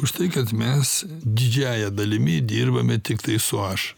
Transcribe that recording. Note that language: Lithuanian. už tai kad mes didžiąja dalimi dirbame tiktai su aš